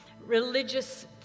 religious